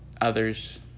others